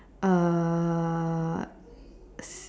uh